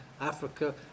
Africa